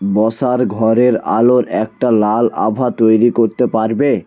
বসার ঘরের আলোর একটা লাল আভা তৈরি করতে পারবে